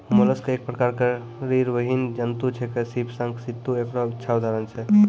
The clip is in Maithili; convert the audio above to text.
मोलस्क एक प्रकार के रीड़विहीन जंतु छेकै, सीप, शंख, सित्तु एकरो अच्छा उदाहरण छै